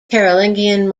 carolingian